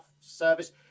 service